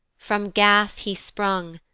from gath he sprung,